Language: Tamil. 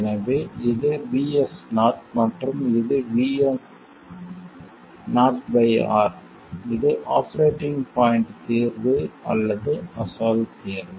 எனவே இது VS0 மற்றும் இது VS0R இது ஆபரேட்டிங் பாய்ண்ட் தீர்வு அல்லது அசல் தீர்வு